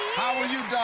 how are you,